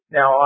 Now